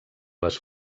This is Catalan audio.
les